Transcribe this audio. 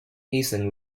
hasten